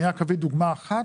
אני רק אביא דוגמה אחת,